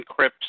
encrypts